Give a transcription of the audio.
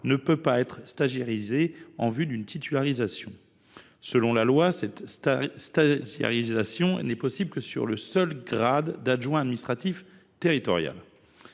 ne peut pas être stagiairisé en vue d’une titularisation : selon la loi, une telle opération n’est possible que pour le seul grade d’adjoint administratif territorial.